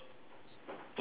!wah! got sound